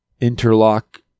interlock